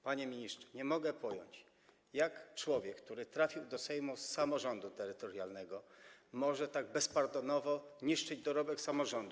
Panie ministrze, nie mogę pojąć, jak człowiek, który trafił do Sejmu z samorządu terytorialnego, może tak bezpardonowo niszczyć dorobek samorządu?